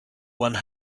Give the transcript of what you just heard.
one